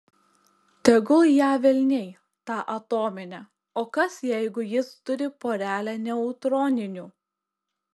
tegul ją velniai tą atominę o kas jeigu jis turi porelę neutroninių